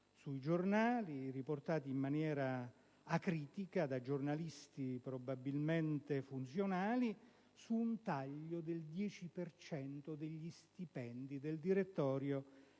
sui giornali riportate in maniera acritica da giornalisti (probabilmente erano funzionali), su un taglio del 10 per cento degli stipendi del direttorio